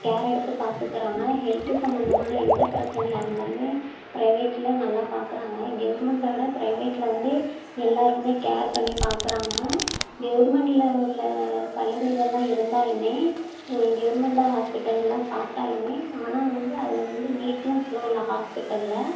care எடுத்து பார்த்துக்கிறாங்க health சம்மந்தமான எந்த பிரச்சனையாக இருந்தாலும் ப்ரைவேட்டில் நல்லா பார்க்குறாங்க கவுர்மெண்ட விட ப்ரைவேட்டில் வந்து எல்லோருக்குமே கேர் பண்ணி பார்க்குறாங்க கவுர்மெண்ட்ல உள்ள சலுகைகளெலாம் இருந்தாலும் கவுர்மெண்டு ஹாஸ்பிட்டல்லாம் பார்த்தாலுமே ஆனால் வந்து அதில் வந்து நீட்னஸ்லாம் இல்லை ஹாஸ்பிட்டலில்